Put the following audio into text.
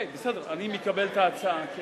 בסדר, אני מקבל את ההצעה.